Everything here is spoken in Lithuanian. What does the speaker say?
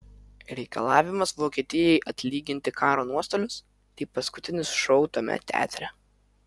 reikalavimas vokietijai atlyginti karo nuostolius tai paskutinis šou tame teatre